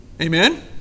amen